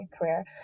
career